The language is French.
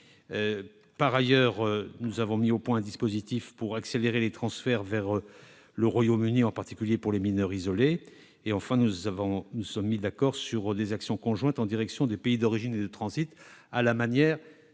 Par ailleurs a été mis au point un dispositif pour accélérer les transferts vers le Royaume-Uni, en particulier pour les mineurs isolés. Enfin, un accord a été trouvé sur des actions conjointes en direction des pays d'origine et de transit, sur le modèle